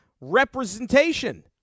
representation